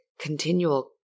continual